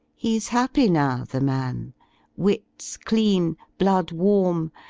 he s happy now, the man wits clean, blood warm,